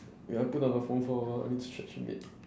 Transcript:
wait I want put down the phone for a while I need stretch a bit